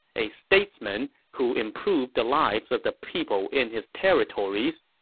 a statesmen who improved the lives of the people in his territories,